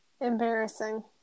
Embarrassing